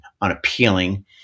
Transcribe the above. unappealing